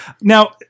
now